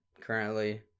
currently